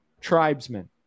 tribesmen